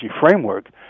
framework